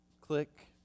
click